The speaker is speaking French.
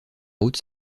haute